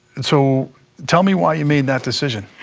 so tell me why you made that decision.